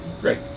Great